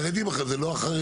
חרדים, אחרי זה לא החרדים.